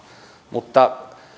mutta